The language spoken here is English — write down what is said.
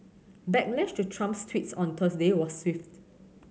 backlash to Trump's tweets on Thursday was swift